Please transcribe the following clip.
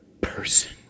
person